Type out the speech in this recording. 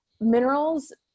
minerals